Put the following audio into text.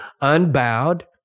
unbowed